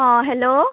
অঁ হেল্ল'